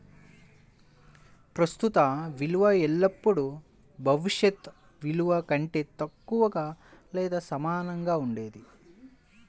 ప్రస్తుత విలువ ఎల్లప్పుడూ భవిష్యత్ విలువ కంటే తక్కువగా లేదా సమానంగా ఉంటుంది